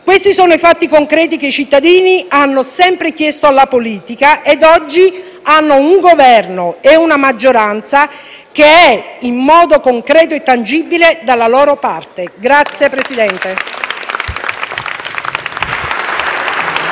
Questi sono i fatti concreti che i cittadini hanno sempre chiesto alla politica, ed oggi hanno un Governo, una maggioranza che è, in modo concreto e tangibile, dalla loro parte. *(Applausi